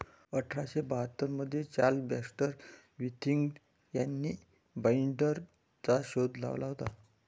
अठरा शे बाहत्तर मध्ये चार्ल्स बॅक्स्टर विथिंग्टन यांनी बाईंडरचा शोध लावला होता